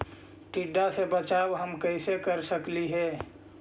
टीडा से बचाव हम कैसे कर सकली हे?